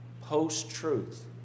Post-truth